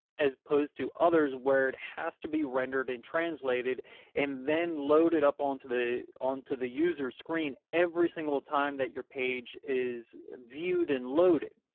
as opposed to others where it has to be rendered and translated and then load it up onto the, onto the user screen every single time that your page is viewed and loaded.